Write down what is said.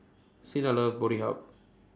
Cinda loves Boddey help